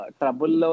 trouble